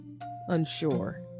unsure